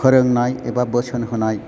फोरोंनाय एबा बोसोन होनाय